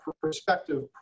perspective